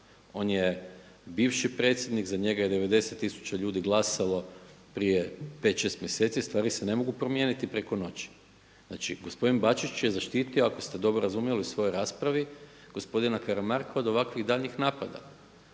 On je bivši predsjednik, za njega je 90 tisuća ljudi glasalo prije 5, 6 mjeseci. Stvari se ne mogu promijeniti preko noći. Znači, gospodin Bačić je zaštitio ako ste dobro razumjeli u svojoj raspravi, gospodina Karamarka od ovakvih daljnjih napada.